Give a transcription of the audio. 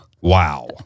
Wow